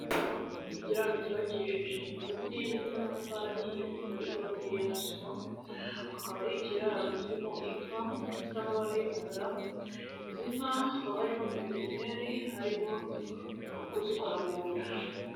Ikiraro ni ikiraro cyubakishije ibiti ndetse n'amatafari ahiye, kikaba gikorotiriye na sima, akaba ari ikiraro kirimo inka zifite amabara y'umukara, izi nka hakaba harimo veterineri arimo kuzikora mu nda.